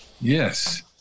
Yes